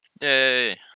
Yay